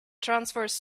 transverse